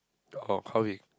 orh okay